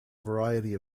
variety